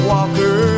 Walker